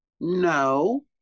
No